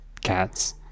cats